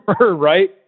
right